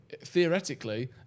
theoretically